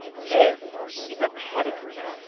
this is a pedigree.